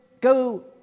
go